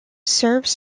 serves